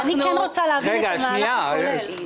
אני רוצה להבין את המהלך הכולל.